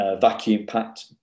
vacuum-packed